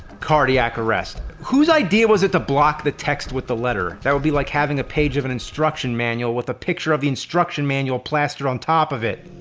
cardiac arrest. whose idea was it to block the text with the letter? that would be like having a page of an instruction manual with a picture of the instruction manual plastered on top of it!